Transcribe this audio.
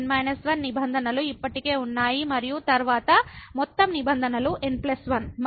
N 1 నిబంధనలు ఇప్పటికే ఉన్నాయి మరియు తరువాత మొత్తం నిబంధనలు n 1